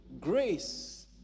grace